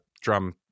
drum